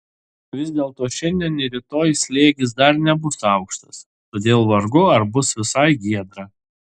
vis dėlto šiandien ir rytoj slėgis dar nebus aukštas todėl vargu ar bus visai giedra